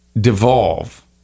devolve